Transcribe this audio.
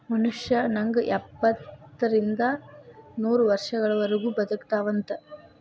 ಮನುಷ್ಯ ನಂಗ ಎಪ್ಪತ್ತರಿಂದ ನೂರ ವರ್ಷಗಳವರಗು ಬದಕತಾವಂತ